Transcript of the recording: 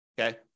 Okay